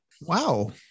wow